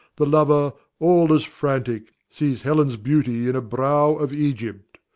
the lover, all as frantic, sees helen's beauty in a brow of egypt.